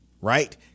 right